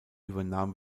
übernahm